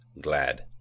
glad